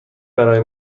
برای